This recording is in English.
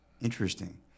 interesting